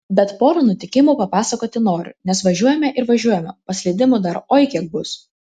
bet porą nutikimų papasakoti noriu nes važiuojame ir važiuojame paslydimų dar oi kiek bus